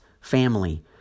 family